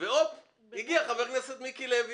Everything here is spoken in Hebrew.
ואכן אז הגיע חבר הכנסת מיקי לוי.